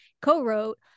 co-wrote